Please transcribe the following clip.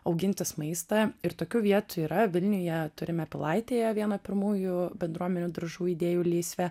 augintis maistą ir tokių vietų yra vilniuje turime pilaitėje vieną pirmųjų bendruomenių daržų idėjų lysvę